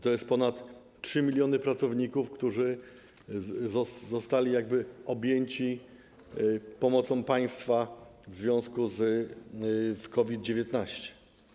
To jest ponad 3 mln pracowników, którzy zostali objęci pomocą państwa w związku z COVID-19.